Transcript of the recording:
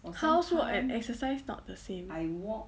housework and exercise not the same